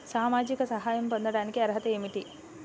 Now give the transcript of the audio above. సామాజిక సహాయం పొందటానికి అర్హత ఏమిటి?